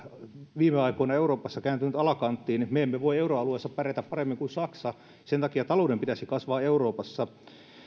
viime aikoina euroopassa kääntynyt alakanttiin me emme voi euroalueessa pärjätä paremmin kuin saksa sen takia talouden pitäisi kasvaa euroopassa